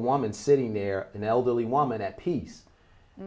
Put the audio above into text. woman sitting there an elderly woman at peace